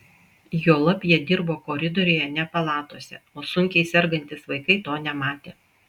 juolab jie dirbo koridoriuje ne palatose o sunkiai sergantys vaikai to nematė